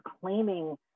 claiming